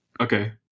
Okay